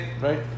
right